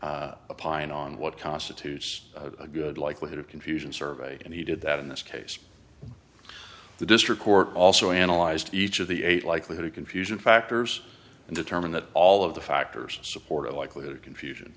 and on what constitutes a good likelihood of confusion surveyed and he did that in this case the district court also analyzed each of the eight likelihood of confusion factors and determine that all of the factors support a likelihood of confusion